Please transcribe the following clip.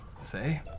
say